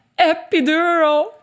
Epidural